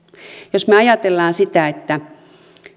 jos me ajattelemme sitä että